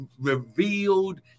revealed